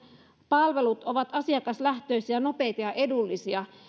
palvelut ovat asiakaslähtöisiä nopeita ja edullisia